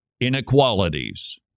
Inequalities